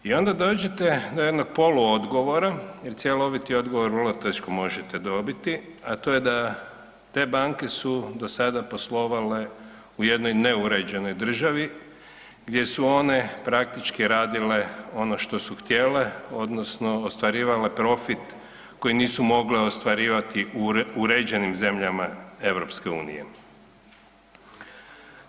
I onda dođete do jednog poluodgovora jer cjeloviti odgovor vrlo teško možete dobiti a to je da te banke su do sada poslovale u jednoj neuređenoj državi gdje su one praktički radile ono što su htjele odnosno ostvarile profit koji nisu mogle ostvarivati u uređenim zemljama EU-a.